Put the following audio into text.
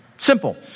Simple